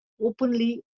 openly